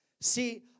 See